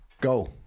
Go